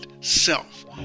self